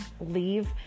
leave